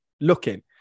looking